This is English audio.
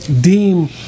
deem